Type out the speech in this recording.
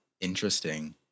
interesting